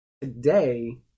Today